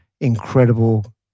incredible